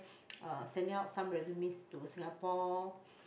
uh sending out some resumes to Singapore